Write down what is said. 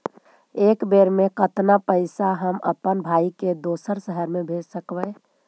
एक बेर मे कतना पैसा हम अपन भाइ के दोसर शहर मे भेज सकबै?